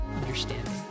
understanding